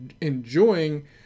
enjoying